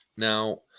Now